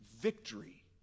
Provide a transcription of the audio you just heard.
victory